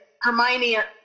Hermione